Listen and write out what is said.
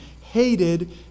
hated